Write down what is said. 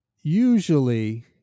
usually